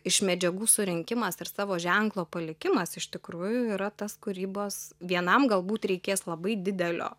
iš medžiagų surinkimas ir savo ženklo palikimas iš tikrųjų yra tas kūrybos vienam galbūt reikės labai didelio